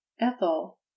ethel